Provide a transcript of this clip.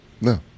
No